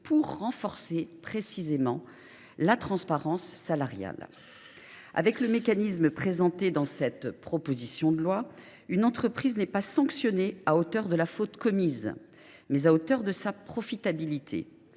de renforcer précisément la transparence salariale. Avec le mécanisme présenté au travers de cette proposition de loi, une entreprise serait sanctionnée à hauteur non pas de la faute commise, mais de sa profitabilité.